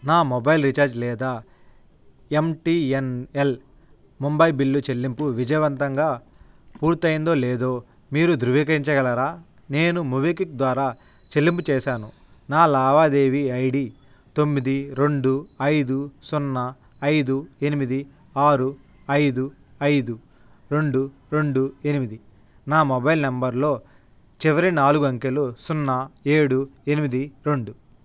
నా mobile recharge లేదా MTNL Mumbai bill చెల్లింపు విజయవంతంగా పూర్తయ్యిందో లేదో మీరు ధృవీకరించగలరా నేను మూబీక్విక్ ద్వారా చెల్లింపు చేశాను నా లావాదేవీ ఐడి తొమ్మిది రెండు ఐదు సున్నా ఐదు ఎనిమిది ఆరు ఐదు ఐదు రెండు రెండు ఎనిమిది నా మొబైల్ నెంబర్లో చివరి నాలుగు అంకెలు సున్నా ఏడు ఎనిమిది రెండు